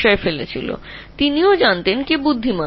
তিনি ঈশ্বর হওয়ার কারনে আরও জানতেন যে কে স্মার্ট